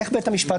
איך בית המשפט?